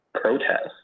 protest